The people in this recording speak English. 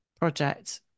project